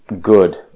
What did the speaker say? good